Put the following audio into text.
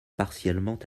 partiellement